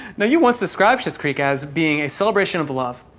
now, you once described schitt's creek as being a celebration of love.